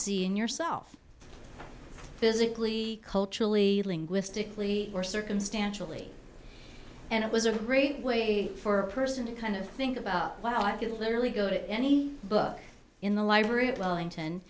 see in yourself physically culturally linguistically or circumstantially and it was a great way for a person to kind of think about how i could literally go to any book in the library of wellingto